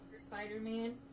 Spider-Man